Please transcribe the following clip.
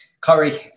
Curry